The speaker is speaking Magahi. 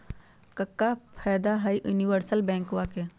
क्का फायदा हई यूनिवर्सल बैंकवा के?